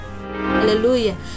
hallelujah